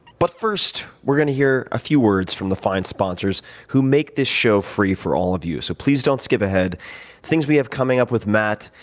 but first we're going to hear a few words from the fine sponsors who make this show free for all of you. so please don't skip ahead. the things we have coming up with matt,